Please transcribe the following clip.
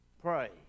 Pray